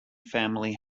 family